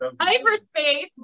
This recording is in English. Hyperspace